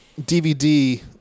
DVD